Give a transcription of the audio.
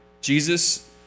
Jesus